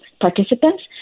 participants